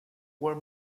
were